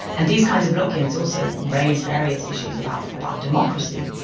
and these kinds of lock-ins also raise various issues about about democracy,